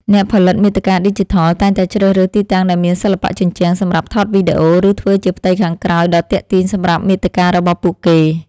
អ្នកផលិតមាតិកាឌីជីថល តែងតែជ្រើសរើសទីតាំងដែលមានសិល្បៈជញ្ជាំងសម្រាប់ថតវីដេអូ ឬធ្វើជាផ្ទៃខាងក្រោយដ៏ទាក់ទាញសម្រាប់មាតិការបស់ពួកគេ។